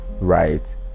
right